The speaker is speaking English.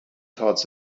toward